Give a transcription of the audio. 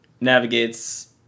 Navigate's